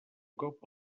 cop